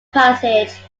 passage